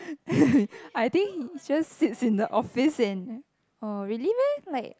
I think he just sits in the office and oh really meh like